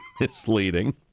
misleading